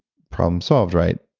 problem solved, right?